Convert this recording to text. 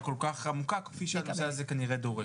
כל כך עמוקה כפי שהנושא הזה דורש.